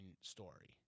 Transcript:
story